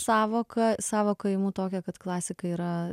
sąvoka sąvoka imu tokia kad klasika yra